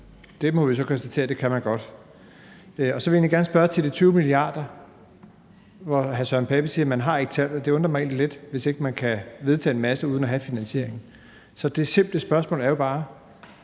det må vi så konstatere at man godt kan. Så vil jeg egentlig gerne spørge til de 20 mia. kr. Hr. Søren Pape Poulsen siger, at man ikke har tallet, og det undrer mig egentlig lidt, hvis ikke man kan vedtage en masse uden at have finansieringen. Så det simple spørgsmål er jo bare: